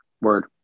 Word